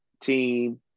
team